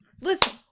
Listen